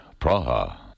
Praha